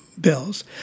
bills